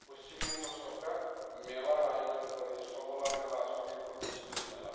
পশ্চিমবঙ্গ সরকার মেলার আয়োজন করে সবলা মেলা স্বনির্ভর গোষ্ঠীর মেলা